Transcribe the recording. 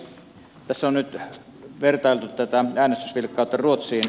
tässä on nyt vertailtu tätä äänestysvilkkautta ruotsiin